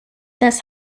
thus